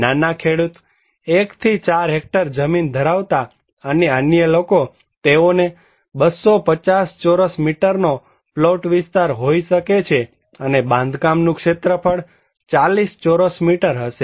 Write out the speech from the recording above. નાના ખેડૂત 1 થી 4 હેક્ટર જમીન ધરાવતા અને અન્ય લોકો તેઓને 250 ચોરસ મીટર નો પ્લોટ વિસ્તાર હોઈ શકે છે અને બાંધકામનું ક્ષેત્રફળ 40 ચોરસ મીટર હશે